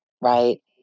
right